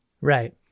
Right